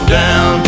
down